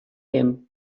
him